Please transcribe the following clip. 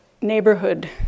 neighborhood